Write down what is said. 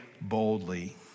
boldly